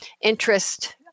interest